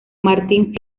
martín